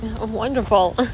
wonderful